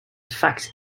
fact